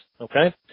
Okay